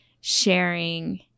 sharing